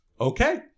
okay